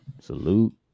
Salute